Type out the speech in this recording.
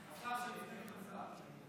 השר שלפני גדעון סער.